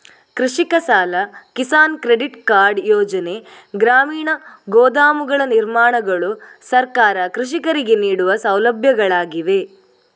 ಕೃಷಿಕ ಸಾಲ, Kisan credit card ಯೋಜನೆ, ಗ್ರಾಮೀಣ ಗೋದಾಮುಗಳ ನಿರ್ಮಾಣಗಳು ಸರ್ಕಾರ ಕೃಷಿಕರಿಗೆ ನೀಡುವ ಸೌಲಭ್ಯಗಳಾಗಿವೆ